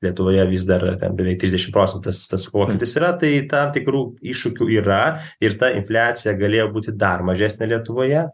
lietuvoje vis dar ten beveik trisdešim procentų tas tas pokytis yra tai tam tikrų iššūkių yra ir ta infliacija galėjo būti dar mažesnė lietuvoje